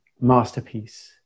masterpiece